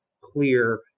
clear